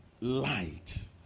light